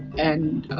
and